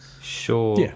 Sure